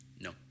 No